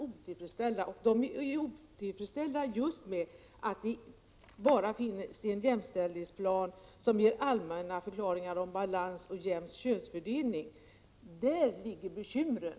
De är otillfredsställda just med att det bara finns en jämställdhetsplan med allmänna förklaringar om balans och jämn könsfördelning. Där ligger bekymren!